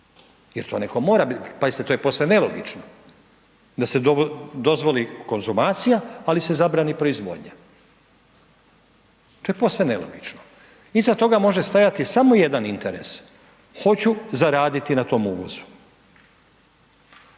jer to netko mora biti. Pazite to je posve nelogično da se dozvoli konzumacija, ali se zabrani proizvodnja. To je posve nelogično. Iza toga može stajati samo jedan interes, hoću zaraditi na tom uvozu.